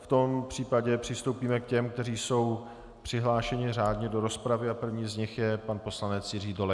V tom případě přistoupíme k těm, kteří jsou přihlášeni řádně do rozpravy, a prvním z nich je pan poslanec Jiří Dolejš.